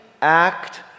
act